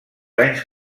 anys